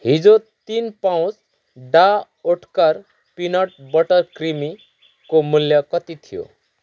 हिजो तिन pouch Dr Oetker peanut butter creamy को मूल्य कति थियो